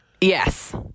Yes